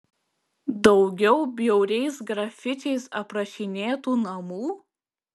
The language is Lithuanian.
daugiau bjauriais grafičiais aprašinėtų namų